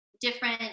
different